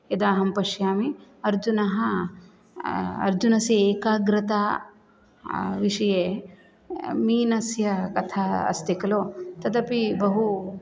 यदहं पश्यामि अर्जुनः अर्जुनस्य एकाग्रता विषये मीनस्य कथा अस्ति खलु तदपि बहु